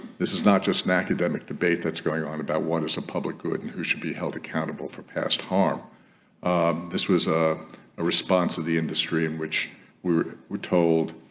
this is not just an academic debate that's going on about what is the public good and who should be held accountable for past harm this was a response of the industry in which we were told